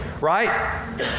right